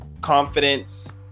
confidence